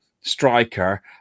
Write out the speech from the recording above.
striker